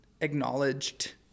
acknowledged